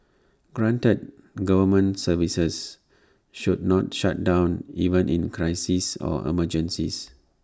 granted government services should not shut down even in crises or emergencies